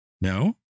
no